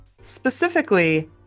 Specifically